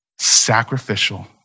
sacrificial